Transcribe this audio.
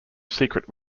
secret